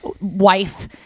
wife